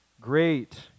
great